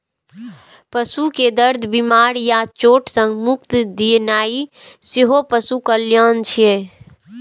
पशु कें दर्द, बीमारी या चोट सं मुक्ति दियेनाइ सेहो पशु कल्याण छियै